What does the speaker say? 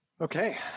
Okay